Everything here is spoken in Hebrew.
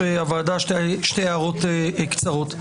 הוועדה, שתי הערות קצרות.